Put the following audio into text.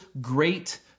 great